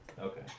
Okay